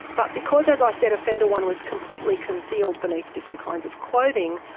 but because, as i said, offender one was completely concealed beneath different kinds of clothing,